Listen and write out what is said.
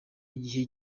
igihe